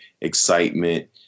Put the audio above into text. excitement